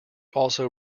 also